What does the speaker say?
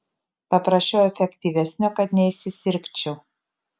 paprašiau efektyvesnio kad neįsisirgčiau